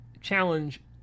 challenge